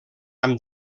amb